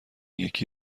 یکی